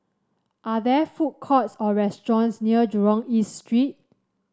are there food courts or restaurants near Jurong East Street